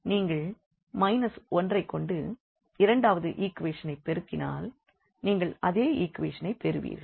நீங்கள் 1 ஐக் கொண்டு இரண்டாவது ஈக்வேஷன் ஐப் பெருக்கினால் நீங்கள் அதே ஈக்வேஷன் ஐப் பெறுவீர்கள்